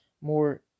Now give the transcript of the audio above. more